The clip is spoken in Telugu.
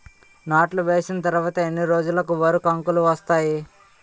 నాట్లు వేసిన తర్వాత ఎన్ని రోజులకు వరి కంకులు వస్తాయి?